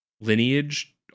lineage